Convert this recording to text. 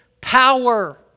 power